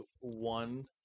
one